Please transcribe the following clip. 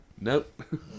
Nope